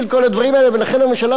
ולכן הממשלה מזדרזת.